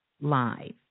live